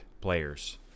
players